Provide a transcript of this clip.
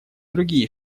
другие